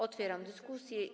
Otwieram dyskusję.